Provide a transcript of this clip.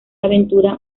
aventura